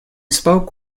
spoke